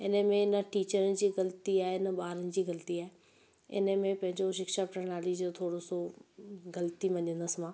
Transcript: इने में न टीचरनि जी ग़लती आहे न ॿारनि जी ग़लती आहे इन में पंहिंजो शिक्षा प्रणाली जो थोरो सो ग़लती मञंदसि मां